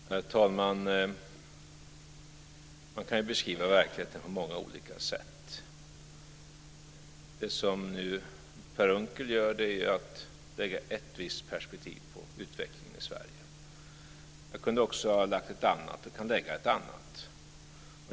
Herr talman! Man kan beskriva verkligheten på många olika sätt. Det som Per Unckel nu gör är att lägga ett visst perspektiv på utvecklingen i Sverige. Han kunde ha lagt ett annat, och jag kan också lägga ett annat.